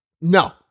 No